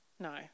No